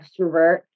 extrovert